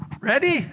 ready